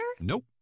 Nope